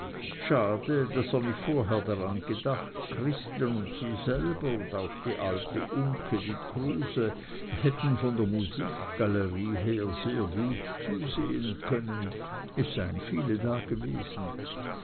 schade daß er nicht vorher daran gedacht christel und sie selber und auch die alte unke die kruse hätten von der musikgalerie her sehr gut zusehen können es seien viele dagewesen